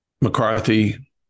McCarthy